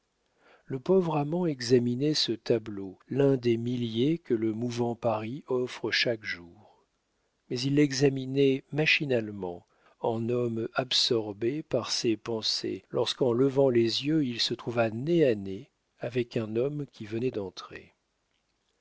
le pauvre amant examinait ce tableau l'un des milliers que le mouvant paris offre chaque jour mais il l'examinait machinalement en homme absorbé par ses pensées lorsqu'en levant les yeux il se trouva nez à nez avec un homme qui venait d'entrer